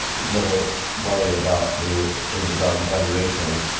never worry about the overdone valuations.